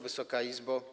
Wysoka Izbo!